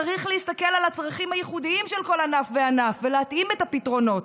צריך להסתכל על הצרכים הייחודיים של כל ענף וענף ולהתאים את הפתרונות.